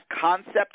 concept